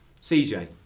CJ